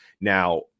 Now